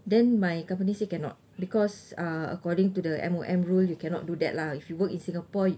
then my company say cannot because uh according to the M_O_M rule you cannot do that lah if you work in singapore